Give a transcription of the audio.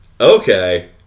okay